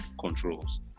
controls